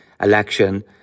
election